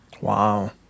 Wow